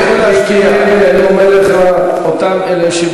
אתה יודע, ידידי מיקי, מיקי לוי, מי ספר אותם?